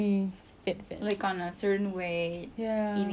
cause I feel like being fit is what makes me happy